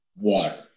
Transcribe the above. Water